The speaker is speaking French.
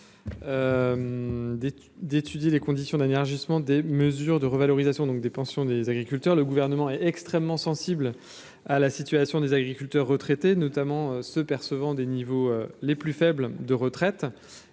D'étudier les conditions d'un élargissement des mesures de revalorisation, donc des pensions des agriculteurs, le gouvernement est extrêmement sensible à la situation des agriculteurs retraités notamment ceux percevant des niveaux les plus faibles de retraite